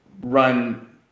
run